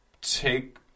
take